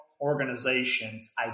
organizations